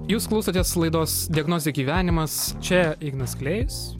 jūs klausotės laidos diagnozė gyvenimas čia ignas klėjus